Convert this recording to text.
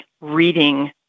reading